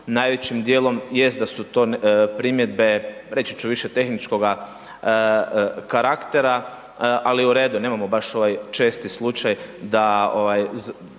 Najvećim dijelom jest da su to primjedbe, reći ću više tehničkoga karaktera, ali u redu, nemamo baš ovaj česti slučaj da